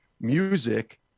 music